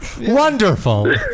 wonderful